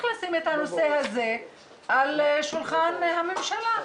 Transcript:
לשים את הנושא הזה על שולחן הממשלה.